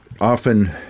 often